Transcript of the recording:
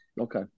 Okay